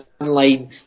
online